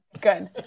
good